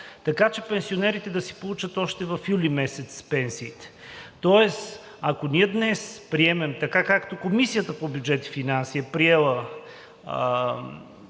така че пенсионерите да си получат още през месец юли пенсиите. Тоест, ако ние днес приемем, така както Комисията по бюджет и финанси е приела